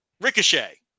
Ricochet